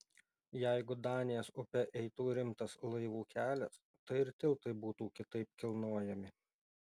jeigu danės upe eitų rimtas laivų kelias tai ir tiltai būtų kitaip kilnojami